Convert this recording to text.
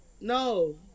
no